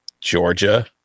Georgia